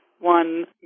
one